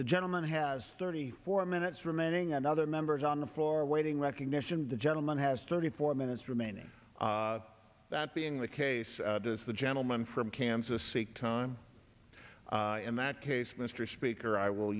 the gentleman has thirty four minutes remaining and other members on the floor awaiting recognition the gentleman has thirty four minutes remaining that being the case does the gentleman from kansas seek time in that case mr speaker i will